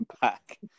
back